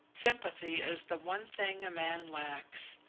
sympathy is the one thing a man lacks.